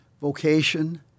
vocation